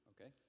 Okay